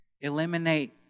Eliminate